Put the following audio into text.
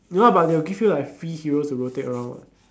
no ah but they will give you like free heroes to rotate around [what]